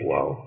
Wow